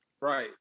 Right